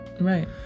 Right